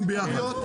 בוועדה,